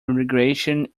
irrigation